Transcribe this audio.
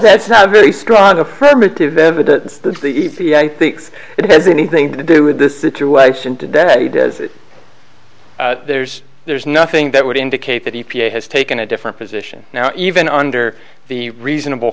that's not a very strong a primitive evidence that the e p i thinks it has anything to do with this situation today does it there's there's nothing that would indicate that e p a has taken a different position now even under the reasonable